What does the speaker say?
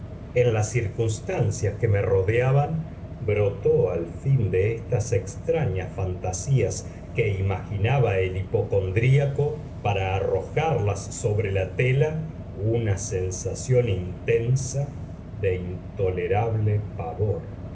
en las circunstancias que me rodeaban brotó al fin de estas extrañas fantasías que imaginaba el hipocondriaco para arrojarlas sobre la tela una sensación intensa de intolerable pavor